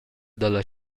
dalla